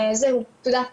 זהו, תודה.